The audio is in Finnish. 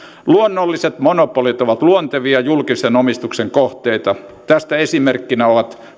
luonnolliset monopolit ovat luontevia julkisen omistuksen kohteita tästä esimerkkinä ovat